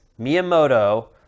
Miyamoto